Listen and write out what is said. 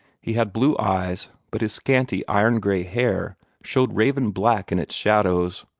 he had blue eyes, but his scanty iron-gray hair showed raven black in its shadows.